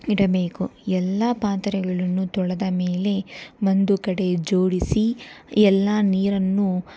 ಇಡಬೇಕು ಎಲ್ಲ ಪಾತ್ರೆಗಳನ್ನು ತೊಳೆದ ಮೇಲೆ ಒಂದು ಕಡೆ ಜೋಡಿಸಿ ಎಲ್ಲ ನೀರನ್ನು